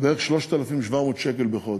בערך 3,700 שקל בחודש.